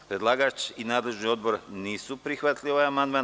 Predlagač i nadležni odbor nisu prihvatili ovaj amandman.